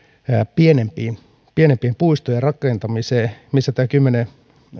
pienempien pienempien puistojen rakentamiseen missä tämä kymmenen